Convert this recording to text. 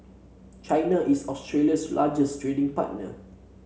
China is Australia's largest trading partner